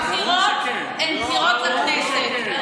הבחירות הן בחירות לכנסת.